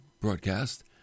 broadcast